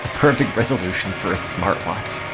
perfect resolution for a smartwatch